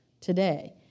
today